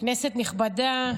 כנסת נכבדה,